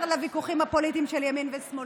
לוויכוחים הפוליטיים של ימין ושמאל,